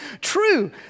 true